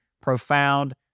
profound